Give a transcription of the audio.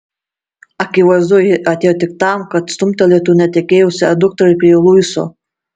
akivaizdu ji atėjo tik tam kad stumtelėtų netekėjusią dukterį prie luiso